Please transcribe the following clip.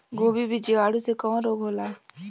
गोभी में जीवाणु से कवन रोग होला?